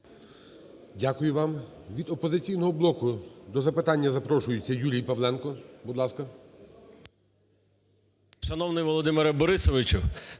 Дякую вам. Від "Опозиційного блоку" до запитання запрошується Юрій Павленко. Будь ласка.